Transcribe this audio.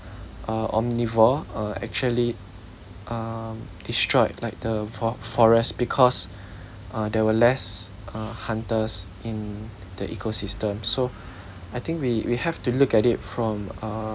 uh omnivore uh actually um destroyed like the fo~ forest because uh there were less uh hunters in the ecosystem so I think we we have to look at it from uh